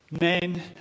Men